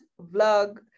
vlog